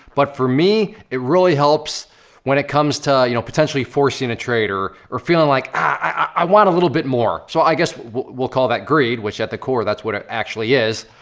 but for me, it really helps when it comes to, you know, potentially forcing a trade, or or feeling like i want a little bit more. so i guess we'll call that greed, which at the core that's what it actually is.